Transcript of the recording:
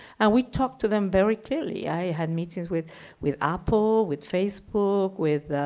and we talk to them very clearly. i had meetings with with apple, with facebook, with,